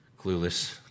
Clueless